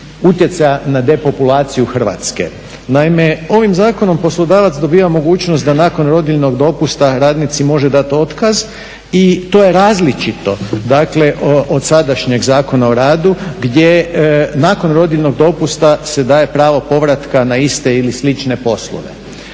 utjecaja na depopulaciju Hrvatske. Naime, ovim zakonom poslodavac dobiva mogućnost da nakon rodiljnog dopusta radnici može dati otkaz i to je različito od sadašnjeg Zakona o radu gdje nakon rodiljnog dopusta se daje pravo povratka na iste ili slične poslove.